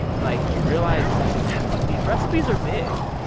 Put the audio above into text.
like, you realize these recipes are big.